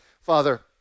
father